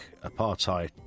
apartheid